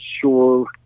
sure